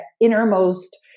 innermost